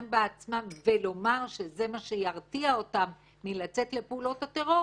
ולומר שזה מה שירתיע אותם מלצאת לפעולות הטרור,